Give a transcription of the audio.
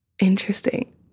Interesting